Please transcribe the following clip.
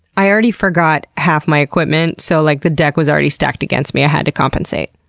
i already forgot half my equipment, so like the deck was already stacked against me. i had to compensate.